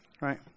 Right